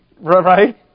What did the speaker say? Right